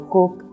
Cook